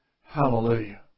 Hallelujah